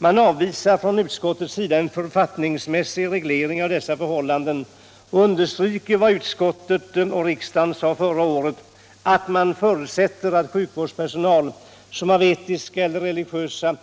Man avvisar från utskottets sida en författningsmässig reglering av dessa förhållanden och understryker vad utskottet och riksdagen sade förra året, att man förutsätter att ”läkare och annan sjukvårdspersonal, som av etiska eller religiösa